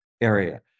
area